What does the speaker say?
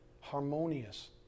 harmonious